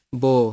bo